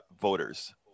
voters